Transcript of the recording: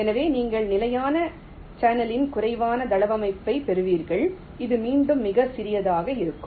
எனவே நீங்கள் நிலையான சேனலின் குறைவான தளவமைப்பைப் பெறுவீர்கள் இது மீண்டும் மிகச் சிறியதாக இருக்கும்